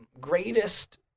greatest